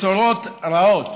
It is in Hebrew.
בשורות רעות.